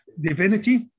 divinity